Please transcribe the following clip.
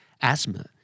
Asthma